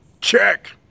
Check